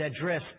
address